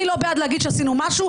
אני לא בעד להגיד שעשינו משהו,